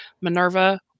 minerva